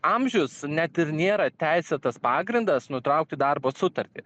amžius net ir nėra teisėtas pagrindas nutraukti darbo sutartį